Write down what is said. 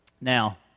now